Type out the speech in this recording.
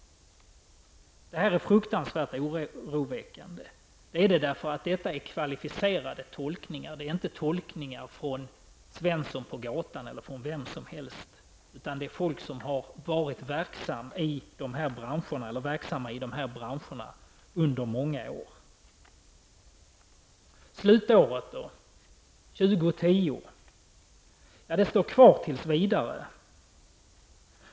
Detta är fruktansvärt oroväckande. Det är kvalificerade tolkningar, det är inte tolkningar av Svensson på gatan eller vem som helst utan av folk som varit verksamma inom denna bransch under många år. Slutåret 2010 då? Det står kvar tills vidare.